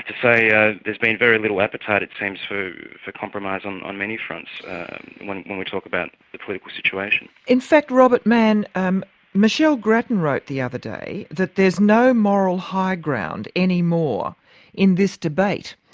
and say ah there's been very little appetite, it seems, for compromise on on many fronts when when we talk about the political situation. in fact, robert manne, um michelle grattan wrote the other day that there's no moral high ground anymore in this debate.